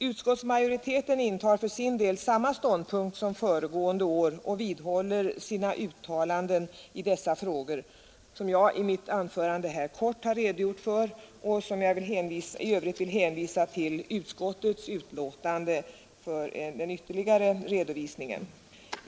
Utskottsmajoriteten intar för sin del samma ståndpunkt som föregående år och vidhåller sina uttalanden i dessa frågor, som jag i mitt anförande kort har redogjort för och där jag för ytterligare redovisning vill hänvisa till utskottets betänkande.